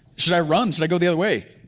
should i run? should i go the other way?